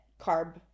carb-